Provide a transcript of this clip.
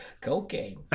Cocaine